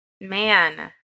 Man